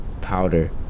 powder